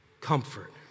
comfort